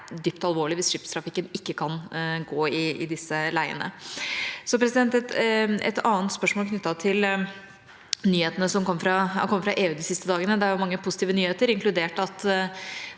det er dypt alvorlig hvis skipstrafikken ikke kan gå i disse leiene. Et annet spørsmål er knyttet til de nyhetene som kom fra EU de siste dagene. Det er mange positive nyheter, inkludert at